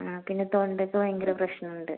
ആ പിന്നെ തൊണ്ടയ്ക്ക് ഭയങ്കര പ്രശ്നമുണ്ട്